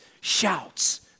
shouts